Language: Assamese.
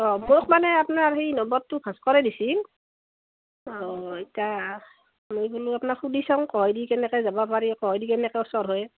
অঁ মোক মানে আপোনাৰ সেই নম্বৰটো এই ভাস্কৰে দিছিল অঁ এতিয়া মই বোলো আপনাক সুধি চাওঁ কিহেদি কেনেকৈ যাব পাৰি কিহেদি কেনেকৈ ওচৰ হয়